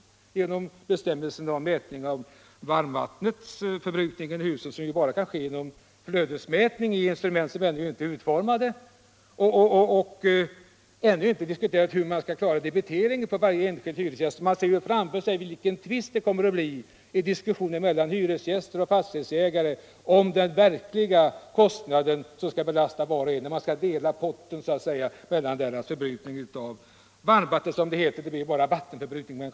Jag avser bestämmelserna om mätning av varmvattenförbrukning inom ett hus, som bara kan ske genom flödesmätning med hjälp av instrument som ännu inte är bra utformade. Man har heller ännu inte diskuterat hur man skall klara debiteringen på varje enskild hyresgäst. Det är lätt att se framför sig vilka tvister det kommer att bli mellan hyresgäster och fastighetsägare om det belopp som skall belasta var och en när man skall dela på kostnaderna för varmvattenförbrukningen — det heter så, men i realiteten blir det hela vattenförbrukningen.